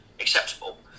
acceptable